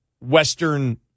Western